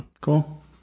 cool